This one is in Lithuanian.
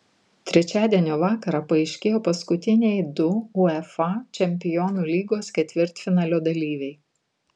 trečiadienio vakarą paaiškėjo paskutiniai du uefa čempionų lygos ketvirtfinalio dalyviai